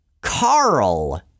Carl